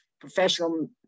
professional